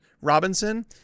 Robinson